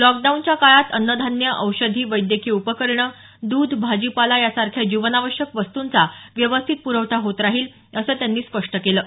लॉकडाऊनच्या काळात अन्न धान्य औषधी वैद्यकीय उपकरणे दुध भाजीपाला यासारख्या जीवनावश्यक वस्तुंचा व्यवस्थित पुरवठा होत राहील असं त्यांनी स्पष्ट केलं आहे